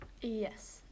Yes